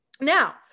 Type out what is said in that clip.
Now